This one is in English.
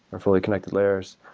or fully connected layers,